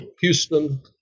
Houston